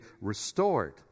restored